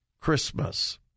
Christmas